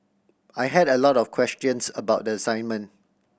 I had a lot of questions about the assignment